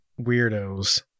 weirdos